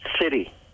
city